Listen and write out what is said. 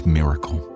miracle